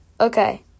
Okay